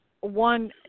one